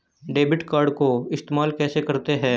Debit card को इस्तेमाल कैसे करते हैं?